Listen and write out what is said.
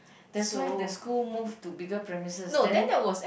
that's why the school move to bigger premises then